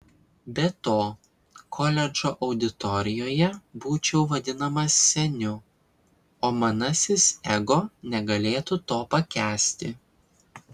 be to koledžo auditorijoje būčiau vadinamas seniu o manasis ego negalėtų to pakęsti